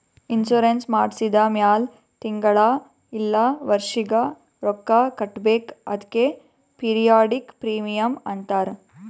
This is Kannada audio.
ಇನ್ಸೂರೆನ್ಸ್ ಮಾಡ್ಸಿದ ಮ್ಯಾಲ್ ತಿಂಗಳಾ ಇಲ್ಲ ವರ್ಷಿಗ ರೊಕ್ಕಾ ಕಟ್ಬೇಕ್ ಅದ್ಕೆ ಪಿರಿಯಾಡಿಕ್ ಪ್ರೀಮಿಯಂ ಅಂತಾರ್